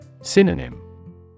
Synonym